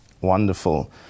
Wonderful